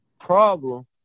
problem